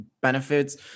benefits